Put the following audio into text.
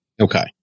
Okay